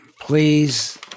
please